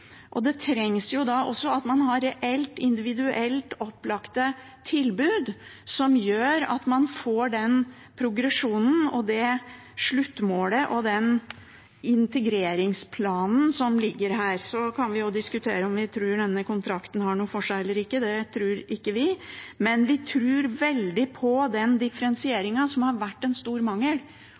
Det trengs da også at man har et reelt, individuelt opplagt tilbud, som gjør at man får den progresjonen, det sluttmålet og den integreringsplanen som ligger her. Vi kan jo diskutere om vi tror denne kontrakten har noe for seg eller ikke. Det tror ikke vi, men vi tror veldig på den differensieringen, som har vært en stor mangel,